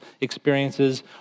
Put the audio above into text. experiences